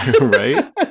Right